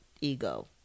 ego